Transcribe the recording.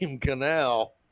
canal